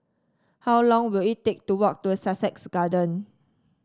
how long will it take to walk to Sussex Garden